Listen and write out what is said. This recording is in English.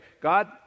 God